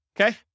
Okay